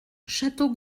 château